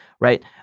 right